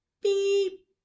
beep